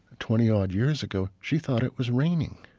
twenty odd years ago, she thought it was raining.